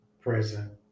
present